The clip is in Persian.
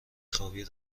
خوابی